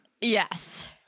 Yes